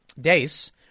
days